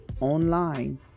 online